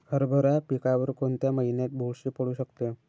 हरभरा पिकावर कोणत्या महिन्यात बुरशी पडू शकते?